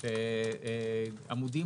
מד שני,